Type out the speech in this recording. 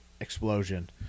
explosion